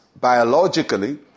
biologically